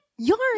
Yarn